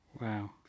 Wow